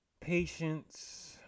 patience